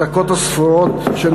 בדקות הספורות שניתנו לי,